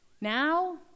now